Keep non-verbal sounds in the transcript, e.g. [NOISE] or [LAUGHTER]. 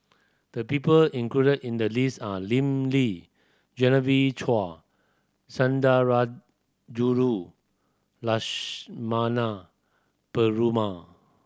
the people included in the list are Lim Lee [UNINTELLIGIBLE] Chua Sundarajulu Lakshmana Perumal